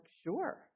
sure